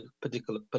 particular